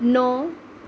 ਨੌ